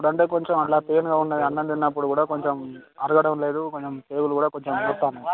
ఇప్పుడు అంటే కొంచెం అట్లా పెయిన్గా ఉన్నది అన్నం తిన్నప్పుడు కూడా కొంచెం అరగడం లేదు కొంచెం పేగులు కూడా కొంచెం నొస్తున్నాయి